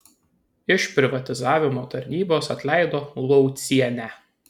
iš privatizavimo tarnybos atleido laucienę